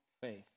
faith